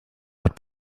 hat